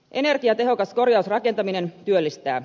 energiatehokas korjausrakentaminen työllistää